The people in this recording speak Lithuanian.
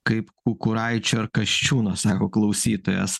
kaip kukuraičio ar kasčiūno sako klausytojas